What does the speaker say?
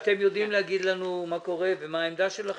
אתם יודעים להגיד לנו מה קורה ומה העמדה שלכם?